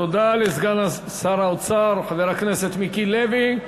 תודה לסגן שר האוצר, חבר הכנסת מיקי לוי.